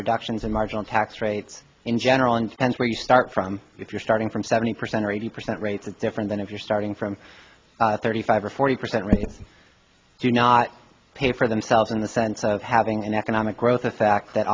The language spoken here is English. reductions in marginal tax rates in general and and where you start from if you're starting from seventy percent or eighty percent rate that's different than if you're starting from thirty five or forty percent you do not pay for themselves in the sense of having an economic growth the fact that